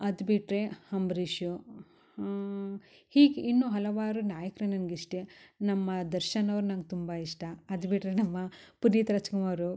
ಅದು ಬಿಟ್ಟರೆ ಅಂಬ್ರೀಷು ಹೀಗೆ ಇನ್ನು ಹಲವಾರು ನಾಯಕ್ರ ನನ್ಗಿಷ್ಟ ನಮ್ಮ ದರ್ಶನ್ ಅವ್ರ ನಂಗೆ ತುಂಬಾ ಇಷ್ಟ ಅದು ಬಿಟ್ಟರೆ ನಮ್ಮ ಪುನೀತ್ ರಾಜ್ಕುಮಾರು